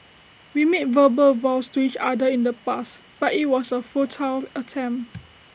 we made verbal vows to each other in the past but IT was A futile attempt